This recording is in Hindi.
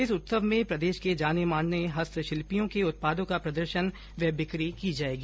इस उत्सव में प्रदेश के जाने माने हस्तल्पियों के उत्पादों का प्रदर्शन व बिक्री की जाएगी